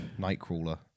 Nightcrawler